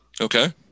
Okay